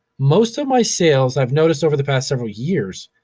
most of my sales i've noticed over the past several years,